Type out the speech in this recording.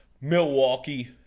Milwaukee